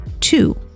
Two